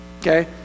Okay